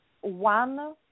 one